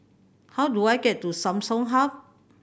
how do I get to Samsung Hub